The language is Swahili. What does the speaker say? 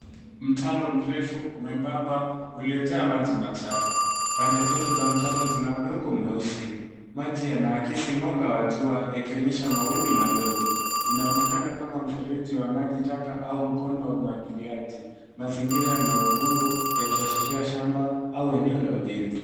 Mtaro mrefu mwembamba uliojaa maji machafu. Pande zote za mtaro zina udongo mweusi. Maji yanaakisi mwanga wa jua, yakionyesha mawimbi madogo. Inaonekana kama mfereji wa maji taka au mkondo wa umwagiliaji. Mazingira ni ya udongo, yakiashiria shamba au eneo la ujenzi.